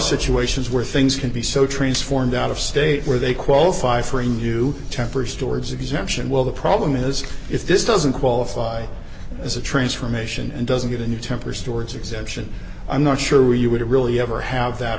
situations where things can be so transformed out of state where they qualify for a new tempers towards exemption well the problem is if this doesn't qualify as a transformation and doesn't get a new temper stores exemption i'm not sure you would really ever have that